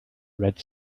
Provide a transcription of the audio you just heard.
red